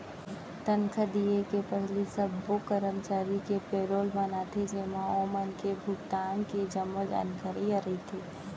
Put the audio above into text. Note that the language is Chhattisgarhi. तनखा दिये के पहिली सब्बो करमचारी के पेरोल बनाथे जेमा ओमन के भुगतान के जम्मो जानकारी ह रथे